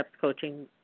coaching